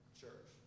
church